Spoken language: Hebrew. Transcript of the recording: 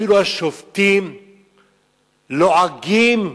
שאפילו השופטים לועגים,